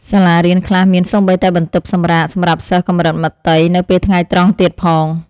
សាលារៀនខ្លះមានសូម្បីតែបន្ទប់សម្រាកសម្រាប់សិស្សកម្រិតមត្តេយ្យនៅពេលថ្ងៃត្រង់ទៀតផង។